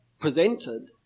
presented